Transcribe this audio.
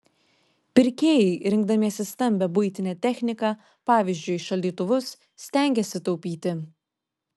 pirkėjai rinkdamiesi stambią buitinę techniką pavyzdžiui šaldytuvus stengiasi taupyti